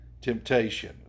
temptation